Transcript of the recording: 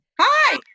Hi